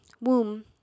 womb